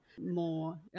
more